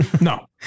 No